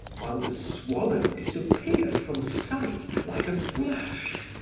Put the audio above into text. while the swallow disappeared from sight like a flash,